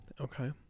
okay